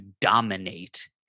dominate